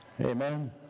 Amen